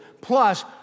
plus